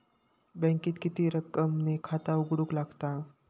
बँकेत किती रक्कम ने खाता उघडूक लागता?